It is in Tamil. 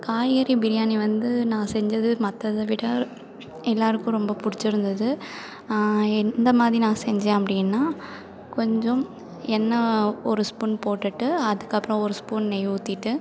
காய்கறி பிரியாணி வந்து நான் செஞ்சது மற்றத விட எல்லோருக்கும் ரொம்ப பிடிச்சிருந்தது எந்த மாதிரி நான் செஞ்சேன் அப்படின்னா கொஞ்சம் எண்ணெய் ஒரு ஸ்பூன் போட்டுட்டு அதுக்கப்பறம் ஒரு ஸ்பூன் நெய் ஊற்றிட்டு